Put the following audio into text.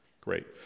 Great